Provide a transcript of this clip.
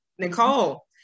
Nicole